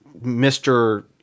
Mr